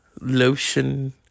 lotion